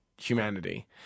humanity